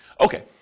Okay